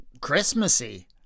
Christmassy